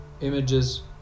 Images